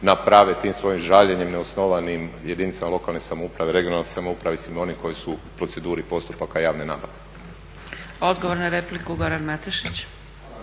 naprave tim svojim žaljenjem neosnovanim jedinicama lokalne samouprave, regionalne samouprave i svim onim koji su u proceduri postupaka javne nabave. **Zgrebec, Dragica